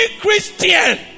Christian